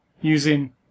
using